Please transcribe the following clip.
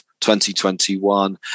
2021